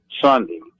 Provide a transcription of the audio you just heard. Sunday